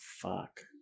fuck